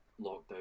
lockdown